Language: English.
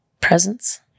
presence